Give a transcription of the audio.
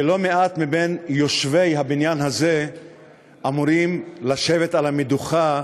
שלא-מעט מבין יושבי הבניין הזה אמורים לשבת על המדוכה,